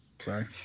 Sorry